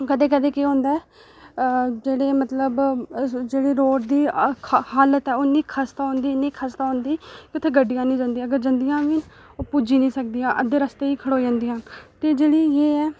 कदें कदें केह् होंदा ऐ जेह्ड़े मतलब जेह्ड़े रोड दी हा ख हालत ऐ ओह् इन्नी खस्ता होंदी इन्नी खस्ता होंदी कि उत्थै गड्डियां नी जंदियां अगर जंदियां बी ओह् पुज्जी नी सकदियां अद्धे रस्ते च खड़ोई जंदियां ते जेह्ड़ी एह् ऐ